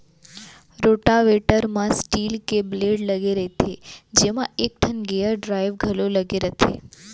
rotavator म steel के blade लगे रइथे जेमा एकठन गेयर ड्राइव घलौ लगे रथे